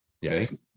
Yes